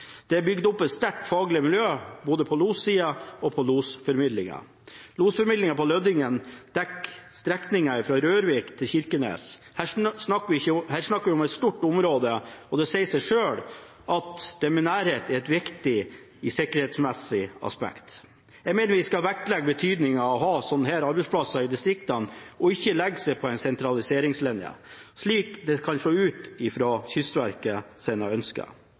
Det er bygd opp et sterkt faglig miljø både på lossiden og på losformidlingen. Losformidlingen på Lødingen dekker strekningen fra Rørvik til Kirkenes. Her snakker man om et stort område, og det sier seg selv at nærhet er et viktig sikkerhetsmessig aspekt. Jeg mener vi skal vektlegge betydningen av å ha slike arbeidsplasser i distriktene og ikke legge oss på en sentraliseringslinje, slik det kan se ut som Kystverket ønsker. I Lødingen er det forventninger til at losstasjonen må videreføres og eventuelt få